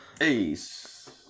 Ace